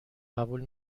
قبول